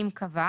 אם קבע,